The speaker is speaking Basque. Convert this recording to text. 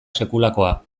sekulakoa